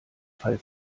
fall